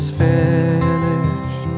finished